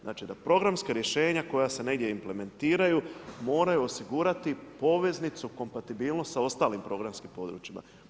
Znači da programska rješenja koja se negdje implementiraju moraju osigurati poveznicu kompatibilnost sa ostalim programskim područjima.